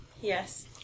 Yes